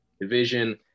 division